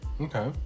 Okay